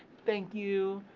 thank you.